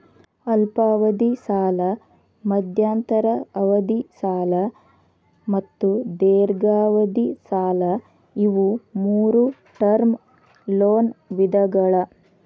ಅಲ್ಪಾವಧಿ ಸಾಲ ಮಧ್ಯಂತರ ಅವಧಿ ಸಾಲ ಮತ್ತು ದೇರ್ಘಾವಧಿ ಸಾಲ ಇವು ಮೂರೂ ಟರ್ಮ್ ಲೋನ್ ವಿಧಗಳ